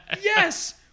Yes